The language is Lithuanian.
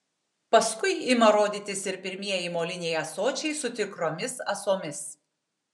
paskui ima rodytis ir pirmieji moliniai ąsočiai su tikromis ąsomis